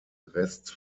rest